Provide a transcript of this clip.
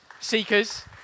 seekers